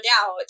out